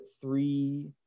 three